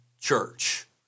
church